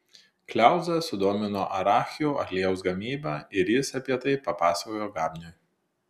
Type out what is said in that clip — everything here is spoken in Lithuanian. kliauzą sudomino arachių aliejaus gamyba ir jis apie tai papasakojo gabniui